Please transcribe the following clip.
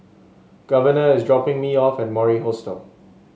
Governor is dropping me off at Mori Hostel